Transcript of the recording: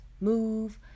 move